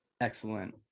excellent